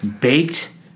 baked